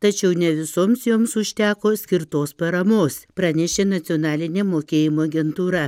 tačiau ne visoms joms užteko skirtos paramos pranešė nacionalinė mokėjimo agentūra